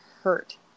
hurt